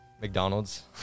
McDonald's